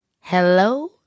hello